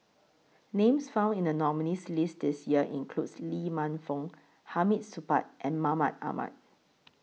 Names found in The nominees' list This Year includes Lee Man Fong Hamid Supaat and Mahmud Ahmad